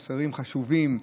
חוסרים חשובים,